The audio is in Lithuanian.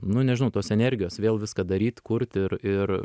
nu nežinau tos energijos vėl viską daryt kurt ir ir